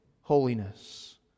holiness